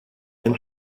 ein